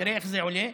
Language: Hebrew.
תראה איך זה עולה,